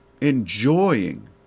enjoying